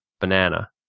banana